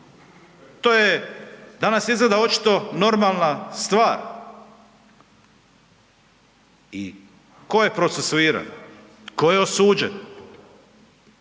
to je danas izgleda očito normalna stvar i ko je procesuiran, ko je osuđen?